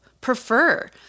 prefer